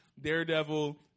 Daredevil